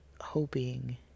hoping